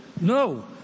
no